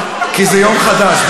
כי זה יום חדש.